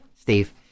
Steve